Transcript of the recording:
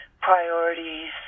priorities